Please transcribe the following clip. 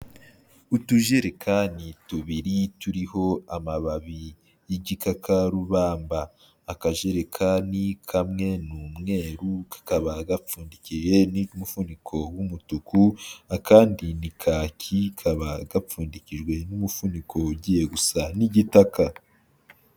Utujerekani tubiri turiho amababi y'igikakarubamba, akajerekani kamwe ni umweru kakaba gapfundikiye, ni umufuniko w'umutuku, akandi ni kaki kaba gapfundikijwe n'umufuniko ugiye gusa n'igitaka.